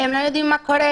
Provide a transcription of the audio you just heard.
הם לא יודעים מה קורה.